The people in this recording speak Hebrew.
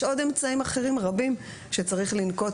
יש עוד אמצעים אחרים רבים שצריך לנקוט